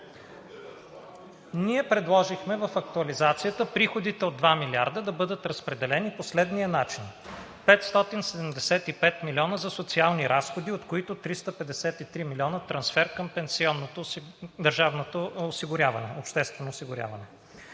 Ние предложихме в актуализацията приходите от 2 милиарда да бъдат разпределени по следния начин: 575 милиона за социални разходи, от които 353 милиона трансфер към държавното обществено осигуряване;